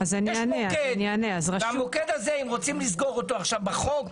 יש מוקד והמוקד הזה אם רוצים לסגור אותו עכשיו בחוק,